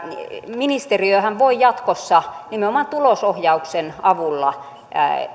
ministeriöhän voi jatkossa nimenomaan tulosohjauksen avulla